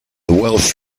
welsh